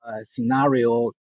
scenario